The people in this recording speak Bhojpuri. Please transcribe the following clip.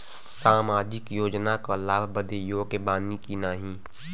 सामाजिक योजना क लाभ बदे योग्य बानी की नाही?